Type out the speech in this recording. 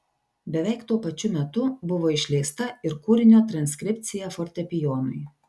beveik tuo pačiu metu buvo išleista ir kūrinio transkripcija fortepijonui